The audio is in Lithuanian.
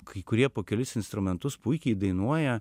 kai kurie po kelis instrumentus puikiai dainuoja